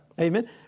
Amen